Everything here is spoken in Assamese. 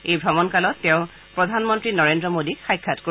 এই ভ্ৰমণকালত তেওঁ প্ৰধানমন্ত্ৰী নৰেন্দ্ৰ মোদীক সাক্ষাৎ কৰিব